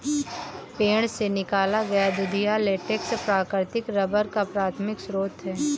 पेड़ से निकाला गया दूधिया लेटेक्स प्राकृतिक रबर का प्राथमिक स्रोत है